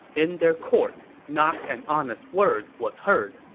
in their court, not an honest word was heard.